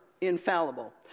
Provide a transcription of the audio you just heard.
infallible